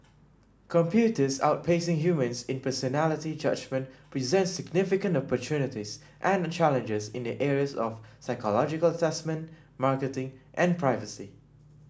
computers outpacing humans in personality judgement presents significant opportunities and challenges in the areas of psychological assessment marketing and privacy